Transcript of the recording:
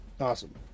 Awesome